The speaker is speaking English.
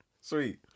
sweet